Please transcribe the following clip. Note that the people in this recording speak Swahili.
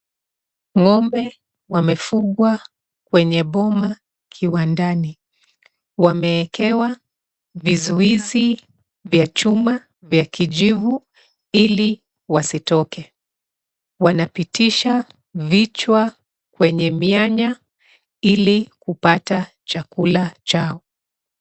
Ng'ombe wamefugwa kwenye boma kiwandani. Wameekewa vizuizi vya chuma vya kijivu ili wasitoke. Wanapitisha vichwa kwenye mianya ili kupata chakula chao.